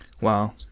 wow